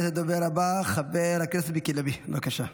הדובר הבא, חבר הכנסת מיקי לוי, בבקשה.